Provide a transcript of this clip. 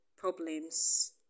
problems